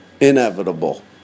Inevitable